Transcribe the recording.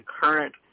current